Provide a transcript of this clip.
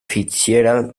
fitzgerald